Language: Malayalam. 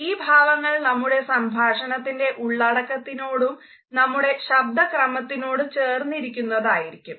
ഈ ഭാവങ്ങൾ നമ്മുടെ സംഭാഷണത്തിൻ്റെ ഉള്ളടക്കത്തിനോടും നമ്മുടെ ശബ്ദ ക്രമത്തിനോട് ചേർന്നിരിക്കുന്നതായിരിക്കും